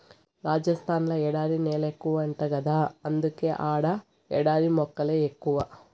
రాజస్థాన్ ల ఎడారి నేలెక్కువంట గదా అందుకే ఆడ ఎడారి మొక్కలే ఎక్కువ